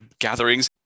gatherings